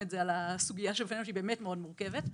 את זה על הסוגיה שהיא באמת מאוד מורכבת.